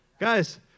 Guys